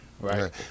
right